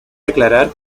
declarar